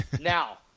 now